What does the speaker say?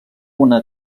una